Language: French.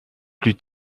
plus